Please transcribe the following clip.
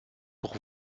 pour